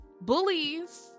bullies